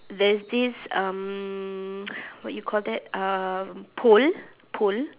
there's this um what you call that um pole pole